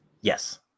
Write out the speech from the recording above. yes